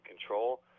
control